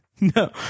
No